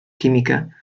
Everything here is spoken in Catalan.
química